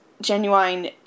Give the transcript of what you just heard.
genuine